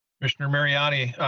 commissioner but ah d